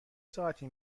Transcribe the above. ساعتی